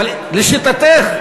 אבל לשיטתך,